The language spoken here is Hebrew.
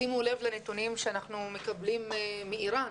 שימו לב לנתונים שאנחנו מקבלים מאירן,